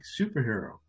superhero